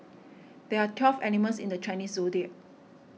there are twelve animals in the Chinese zodiac